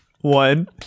one